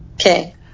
Okay